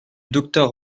docteur